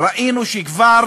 ראינו שכבר